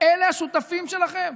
אלה השותפים שלכם?